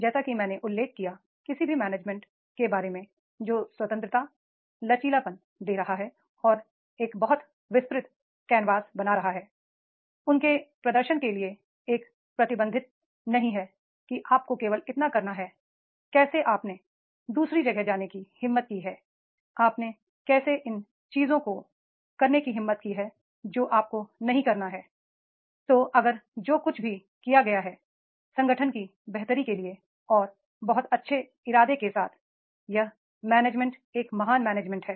जैसा कि मैंने उल्लेख किया किसी भी मैनेजमेंट के बारे में जो स्वतंत्रता लचीलापन दे रहा है और एक बहुत विस्तृत कैनवास बना रहा है उनके प्रदर्शन के लिए यह प्रतिबंधित नहीं है कि आपको केवल इतना करना है कैसे आपने दू सरी जगह जाने की हिम्मत की है आपने कैसे इन चीजों को करने की हिम्मत की है जो आपको नहीं करना है तो अगर जो कुछ भी किया गया है संगठन की बेहतरी के लिए है और बहुत अच्छे इरादों के साथ यह मैनेजमेंट एक महान मैनेजमेंट है